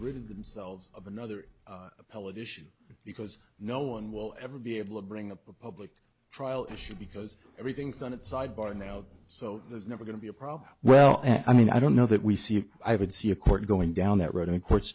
rid themselves of another appellate issue because no one will ever be able to bring a public trial issue because everything's done at sidebar now so there's never going to be a problem well and i mean i don't know that we see i would see a court going down that road and courts